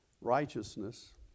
righteousness